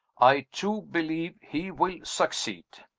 i, too, believe he will succeed.